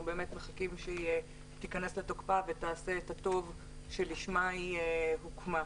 מחכים שתיכנס לתוקפה ותעשה את הטוב שלשמה היא הוקמה.